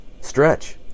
stretch